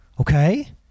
okay